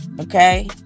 Okay